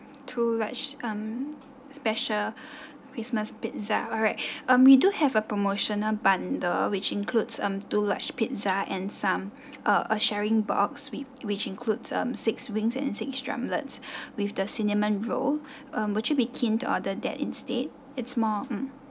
two large um special christmas pizza alright um we do have a promotional bundle which includes um two large pizza and some uh a sharing box which which includes um six wings and six drumlets with the cinnamon roll um would you be keen to order that instead it's more mm